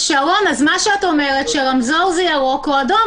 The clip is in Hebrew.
אז את אומרת שרמזור זה ירוק או אדום,